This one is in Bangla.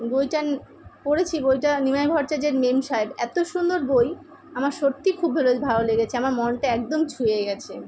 বইটা পড়েছি বইটা নিমাই ভট্টাচার্যের মেমসাহেব এত সুন্দর বই আমার সত্যি খুব ভালো লেগেছে আমার মনটা একদম ছুঁয়ে গিয়েছে